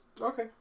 Okay